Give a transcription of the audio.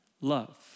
love